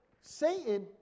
Satan